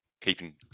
keeping